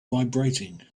vibrating